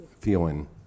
feeling